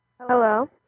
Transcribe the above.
hello